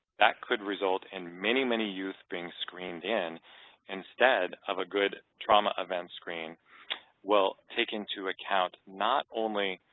that could result in many, many youth being screened in instead of a good trauma event screen will take into account not only